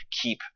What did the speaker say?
keep